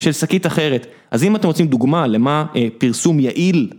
של שקית אחרת, אז אם אתם רוצים דוגמה למה פרסום יעיל.